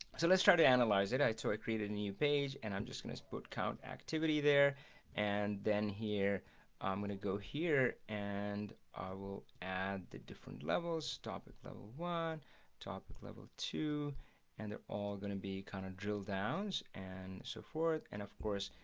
so let's try to analyze it i toyed created a new page and i'm just going to put count activity there and then here i'm gonna go here and i will add the different levels stop it level one topic level two and they're all going to be kind of drill downs and so forth and of course,